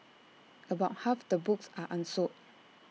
about half the books are unsold